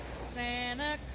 Santa